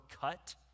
cut